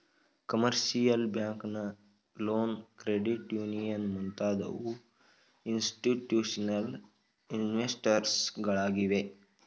commercial bank loan, credit union ಮುಂತಾದವು institutional investors ಗಳಾಗಿವೆ